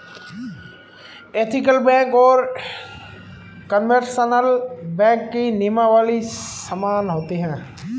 ethical bank और conventional bank की नियमावली समान होती है